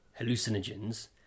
hallucinogens